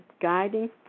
guiding